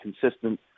consistent